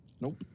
Nope